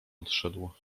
odszedł